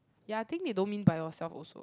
ya I think they don't mean by yourself also